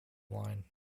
line